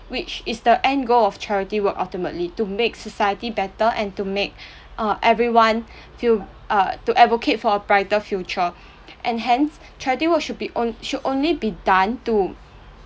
which is the end goal of charity work ultimately to make society better and to make err everyone feel err to advocate for a brighter future and hence charity work should be only should only be done to